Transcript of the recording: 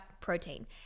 protein